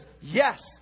yes